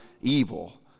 evil